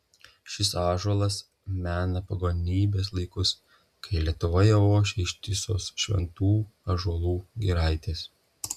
šis ąžuolas mena pagonybės laikus kai lietuvoje ošė ištisos šventų ąžuolų giraitės